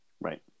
Right